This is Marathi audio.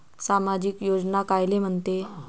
सामाजिक योजना कायले म्हंते?